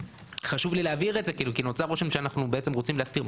חשוב לי להבהיר את זה כי נוצר רושם שאנחנו בעצם רוצים להסתיר,